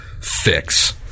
fix